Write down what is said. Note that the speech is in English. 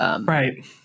Right